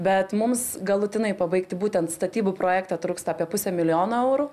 bet mums galutinai pabaigti būtent statybų projektą trūksta apie pusę milijono eurų